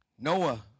Noah